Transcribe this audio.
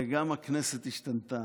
גם הכנסת השתנתה,